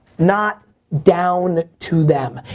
not down to them.